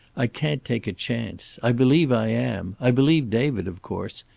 i can't take a chance. i believe i am. i believe david, of course.